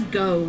go